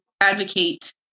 advocate